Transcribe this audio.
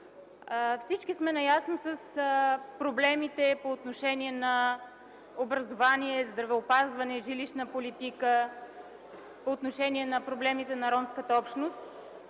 Всички сме наясно с проблемите по отношение на образование, здравеопазване, жилищна политика, по отношение проблемите на ромската общност.